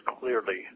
clearly